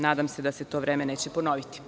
Nadam se da se to vreme neće ponoviti.